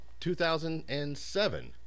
2007